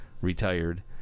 retired